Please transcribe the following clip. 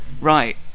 Right